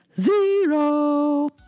Zero